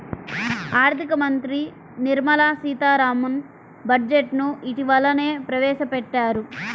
ఆర్ధిక మంత్రి నిర్మలా సీతారామన్ బడ్జెట్ ను ఇటీవలనే ప్రవేశపెట్టారు